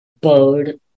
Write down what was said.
bowed